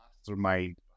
mastermind